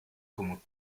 como